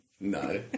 No